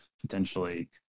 potentially